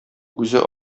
үзе